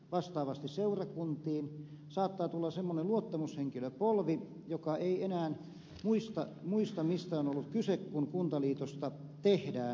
vastaavasti seurakuntiin saattaa tulla semmoinen luottamushenkilöpolvi joka ei enää muista mistä on ollut kyse kun kuntaliitosta tehdään